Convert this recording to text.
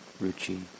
Ruchi